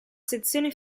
sezione